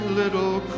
little